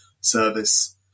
service